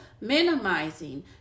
minimizing